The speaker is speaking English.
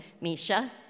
Misha